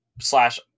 slash